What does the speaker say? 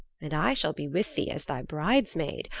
and i shall be with thee as thy bridesmaid!